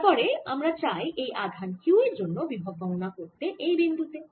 তারপর আমরা চাই এই আধান q এর জন্য বিভব গণনা করতে এই বিন্দু তে